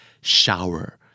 shower